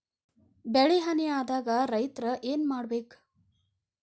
ಬೆಳಿ ಹಾನಿ ಆದಾಗ ರೈತ್ರ ಏನ್ ಮಾಡ್ಬೇಕ್?